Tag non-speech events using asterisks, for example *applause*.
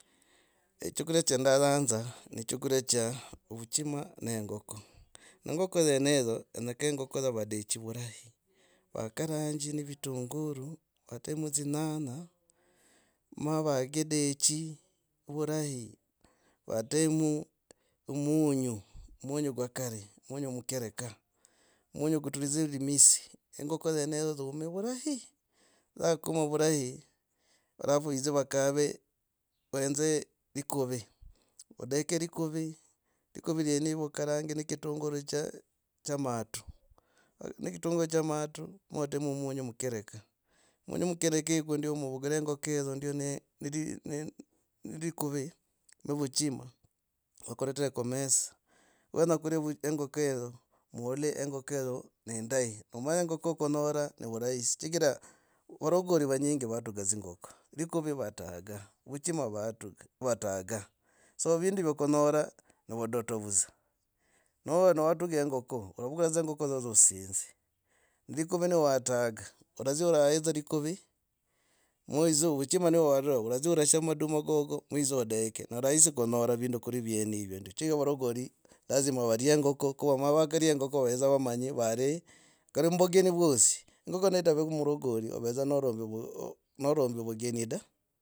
Eo, chogoria cha ndoyanza ino chaguria cha vuchima nengako. Nengoko dzenezo yenyaka ongoko za vadechi vurahi, vakaranji ni vitunguru, vatemo dzinyanya ma vakidechi vurahi, vatemo munyu, munyu kwa kari. Munyu mukereka. Munyu kuturidza limisi engoko dzeneza ziume vurahi. yakuma vurahi. Alafu vidzivakave. vaenzelikuvi. Likuvi inyeneva okarangire ne kitungurucha matu. kitungurucha matu notemo munyu mukereka. Munyu mukereka ndio ovukura engokohiyo ndiyo ne likuuvi. ne vuchima vakuletre kumesa. Wenya kulya engoko heo. Ouli engoko heo neindahi nomanya engoko kunyora novurahi chigira varogari vanyingi vatuga dzingoko. Likuvi vatanga vuchima vatunga. vatanga. So vindu hivo kunyora nividoto vudza. Ni watunga ingoko oravukura engoke dza nosinza likuvi ni wataga oradzia olaha likuvi mwawidza vuohima *hesitation* oradzia olasha matuma gogo niwidza odeke ne rahisi kunyora vindu kuli vyonevyo ndio chigira varogori lazima valie engoko. vakaria engoko vavedza vamanyi valii kali mbugeni vosi engoko netavi muvurongori ovedza norombi. norombi vugeni da.